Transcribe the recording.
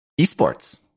esports